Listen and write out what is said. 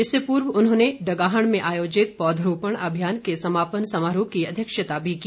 इससे पूर्व उन्होंने डगाहण में आयोजित पौधरोपण अभियान के समापन समारोह की अध्यक्षता भी की